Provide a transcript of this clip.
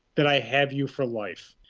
then i have you for life.